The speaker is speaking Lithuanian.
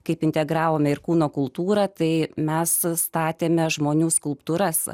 kaip integravome ir kūno kultūrą tai mes statėme žmonių skulptūras